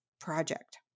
project